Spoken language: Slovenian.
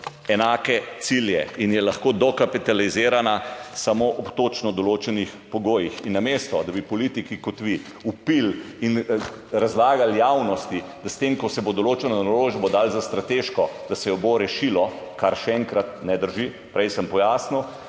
enake cilje in je lahko dokapitalizirana samo ob točno določenih pogojih. Namesto da politiki kot vi vpijete in razlagate javnosti, da s tem, ko se bo določeno naložbo dalo za strateško, se jo bo rešilo – kar, še enkrat, ne drži, prej sem pojasnil